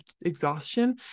exhaustion